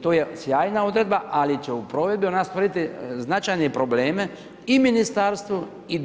To je sjajna odredba, ali će u provedbi ona stvoriti značajne probleme i ministarstvu i